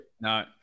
No